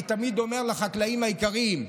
אני תמיד אומר לחקלאים היקרים: